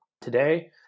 today